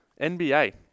NBA